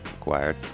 acquired